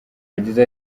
yagize